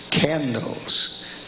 candles